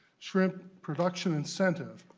shrim p production incentive.